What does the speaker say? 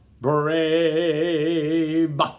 brave